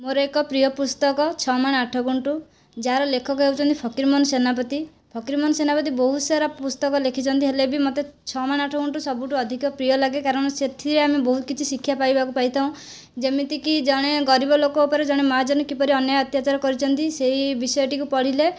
ମୋର ଏକ ପ୍ରିୟ ପୁସ୍ତକ ଛ ମାଣ ଆଠ ଗୁଣ୍ଠ ଯାହାର ଲେଖକ ହେଉଛନ୍ତି ଫକୀର ମୋହନ ସେନାପତି ଫକୀର ମୋହନ ସେନାପତି ବହୁତ ସାରା ପୁସ୍ତକ ଲେଖିଛନ୍ତି ହେଲେ ବି ମୋତେ ଛ ମାଣ ଆଠ ଗୁଣ୍ଠ ସବୁଠୁ ଅଧିକ ପ୍ରିୟ ଲାଗେ କାରଣ ସେଥିରେ ଆମେ ବହୁତ କିଛି ଶିକ୍ଷା ପାଇବାକୁ ପାଇଥାଉ ଯେମିତିକି ଜଣେ ଗରିବ ଲୋକ ଉପରେ ଜଣେ ମହାଜନ କିପରି ଅନ୍ୟାୟ ଅତ୍ୟାଚାର କରୁଛନ୍ତି ସେହି ବିଷୟଟିକୁ ପଢ଼ିଲେ